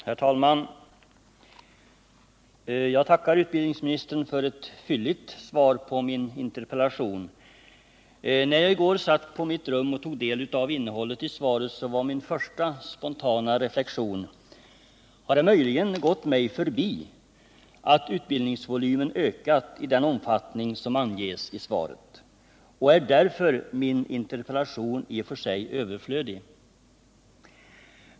Herr talman! Jag tackar utbildningsministern för ett fylligt svar på min interpellation. När jag i går satt på mitt rum och tog del av innehållet i svaret, var min första spontana reflexion: Har det möjligen gått mig förbi, att utbildningsvolymen ökat i den omfattning som anges i svaret, och är därför min interpellation överflödig?